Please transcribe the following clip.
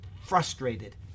frustrated